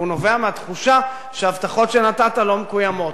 והוא נובע מהתחושה שהבטחות שנתת לא מקוימות,